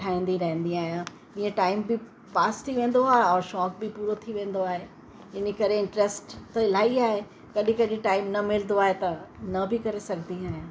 ठाहींदी रहंदी आहियां ईअं टाइम बि पास थी वेंदो आहे और शौक़ बि पूरो थी वेंदो आहे इन करे इंट्रेस्ट त इलाही आहे कॾहिं कॾहिं टाइम न मिलंदो आहे त न बि करे सघंदी आहियां